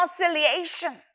reconciliation